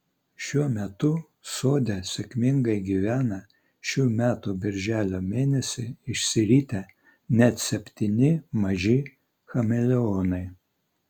šiuo metu sode sėkmingai gyvena šių metų birželio mėnesį išsiritę net septyni maži chameleonai